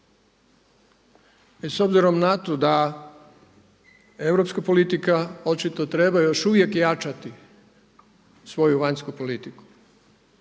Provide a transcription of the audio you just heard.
S obzirom na to da europska politika očito treba još uvijek jačati svoju vanjsku politiku,